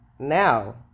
now